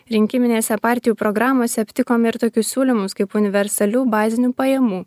rinkiminėse partijų programose aptikome ir tokius siūlymus kaip universalių bazinių pajamų